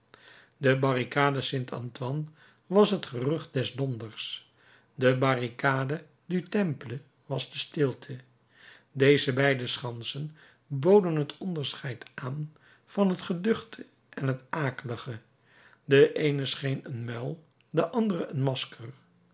de barricade st antoine was het gerucht des donders de barricade du temple was de stilte deze beide schansen boden het onderscheid aan van het geduchte en het akelige de eene scheen een muil de andere een masker